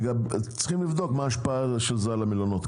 צריך לבדוק מה ההשפעה שיש לזה על המלונות,